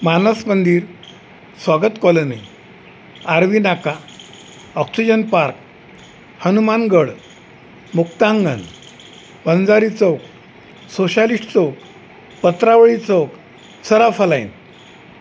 Manas Mandir Swagat colony Arvinaka oxygen park Hanumangad Muktangan Vanjari chowk socialist chowk Patravali chowk Saraf line